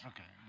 Okay